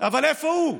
אבל איפה הוא?